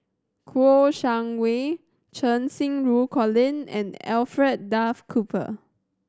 Kouo Shang Wei Cheng Xinru Colin and Alfred Duff Cooper